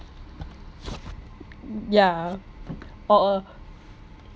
yeah or a